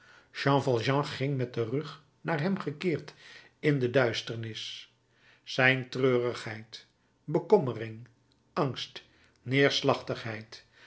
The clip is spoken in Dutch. jean valjean ging met den rug naar hem gekeerd in de duisternis zijn treurigheid bekommering angst neerslachtigheid